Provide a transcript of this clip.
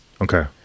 Okay